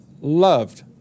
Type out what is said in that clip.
loved